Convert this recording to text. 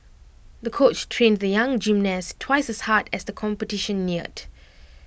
the coach trained the young gymnast twice as hard as the competition neared